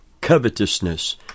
covetousness